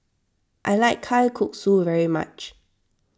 I like Kalguksu very much